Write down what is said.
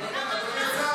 אדוני השר,